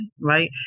right